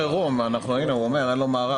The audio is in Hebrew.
לא, הנה, הוא אומר שאין לו מערך.